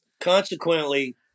Consequently